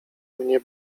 mnie